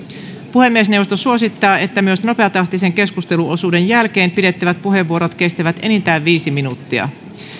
puhemiesneuvosto suosittaa että myös nopeatahtisen keskusteluosuuden jälkeen pidettävät puheenvuorot kestävät enintään viisi minuuttia